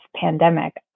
pandemic